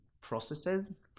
processes